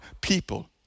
people